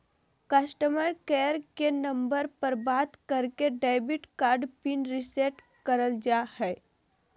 customer care के number पर बात करके डेबिट कार्ड पिन रीसेट करल जा हय